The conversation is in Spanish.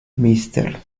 mrs